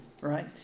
right